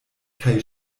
kaj